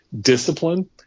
discipline